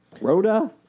Rhoda